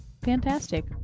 Fantastic